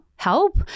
help